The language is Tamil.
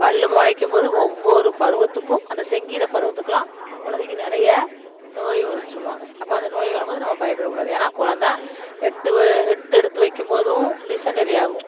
பல்லு முளைக்கும் போது ஒவ்வொரு பருவத்துக்கும் அந்த செங்கீரை பருவத்துக்கெலாம் குழந்தைக்கி நிறைய நோய் வருன்னு சொல்லுவாங்க அப்போ அந்த நோய் வரும் போது நம்ம பயப்படக்கூடாது ஏன்னால் குழந்த எட்டு வ எட்டு எடுத்து வைக்கும் போதும் டிஸ்செண்டரி ஆகும்